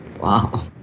Wow